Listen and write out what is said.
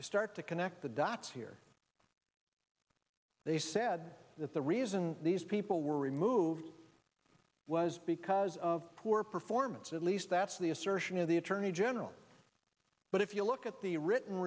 you start to connect the dots here they said that the reason these people were removed was because of poor performance at least that's the assertion of the attorney general but if you look at the written